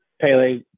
Pele